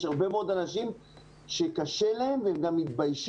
יש הרבה מאוד אנשים שקשה להם והם גם מתביישים